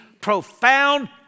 profound